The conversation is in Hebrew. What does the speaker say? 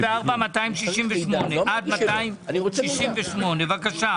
פנייה מספר 264 עד 268, משרד החינוך.